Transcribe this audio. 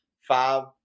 five